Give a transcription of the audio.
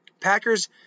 Packers